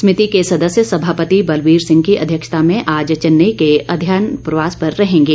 समिति के सदस्य सभापति बलवीर सिंह की अध्यक्षता में आज चैन्नई के अध्ययन प्रवास पर रहेंगे